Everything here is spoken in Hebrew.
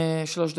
שלוש דקות.